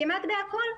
כמעט בכול,